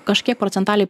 kažkiek procentaliai